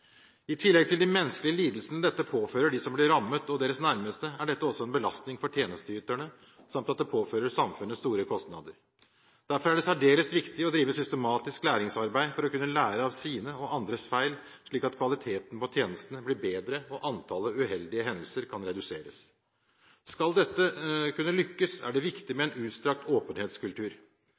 I tillegg til de menneskelige lidelsene dette påfører de som blir rammet, og deres nærmeste, er dette også en belastning for tjenesteyterne samt at det påfører samfunnet store kostnader. Derfor er det særdeles viktig å drive systematisk læringsarbeid for å kunne lære av sine egne og andres feil, slik at kvaliteten på tjenestene blir bedre og antallet uheldige hendelser kan reduseres. Skal dette kunne lykkes, er det viktig med en utstrakt åpenhetskultur.